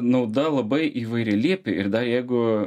nauda labai įvairialypė ir dar jeigu